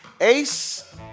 Ace